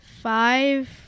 Five